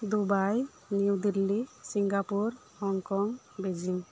Dubai new Delhi Singapore Hong Kong Beijing